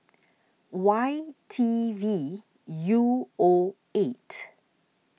Y T V U O eight